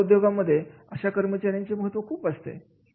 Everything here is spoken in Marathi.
अशा उद्योगांमध्ये अशा कर्मचाऱ्यांचे महत्व खूप असते